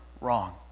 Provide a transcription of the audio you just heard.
wrong